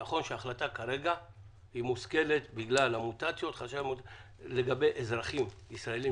נכון שההחלטה כרגע היא החלטה מושכלת לגבי אזרחים ישראלים